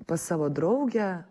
pas savo draugę